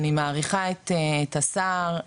אני מעריכה את השר,